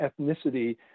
ethnicity